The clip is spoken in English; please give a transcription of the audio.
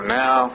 now